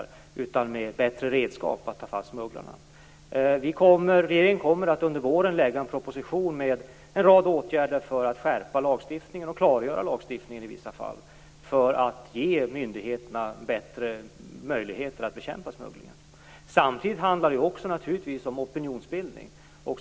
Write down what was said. Detta skall bekämpas med bättre redskap för att ta fast smugglarna. Under våren kommer regeringen att lägga fram en proposition med en rad åtgärder för att skärpa lagstiftningen och klargöra lagstiftningen i vissa fall för att ge myndigheterna bättre möjligheter att bekämpa smugglingen. Samtidigt handlar det naturligtvis också om opinionsbildning.